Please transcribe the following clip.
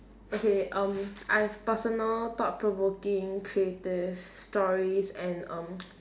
okay um I've personal thought provoking creative stories and um